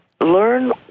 Learn